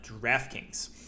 DraftKings